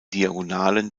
diagonalen